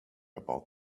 about